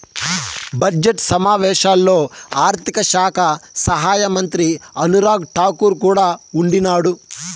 budget సమావేశాల్లో ఆర్థిక శాఖ సహాయమంత్రి అనురాగ్ రాకూర్ కూడా ఉండిన్నాడు